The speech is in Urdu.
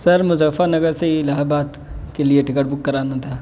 سر مظفر نگر سے یہ الہ آباد کے لیے ٹکٹ بک کرانا تھا